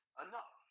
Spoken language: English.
enough